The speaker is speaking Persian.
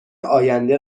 آینده